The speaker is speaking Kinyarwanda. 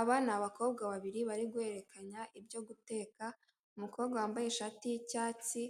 Aba ni abakobwa babiri bari guhererekanya ibyo guteka, umukobwa wambaye ishati y'icyatsi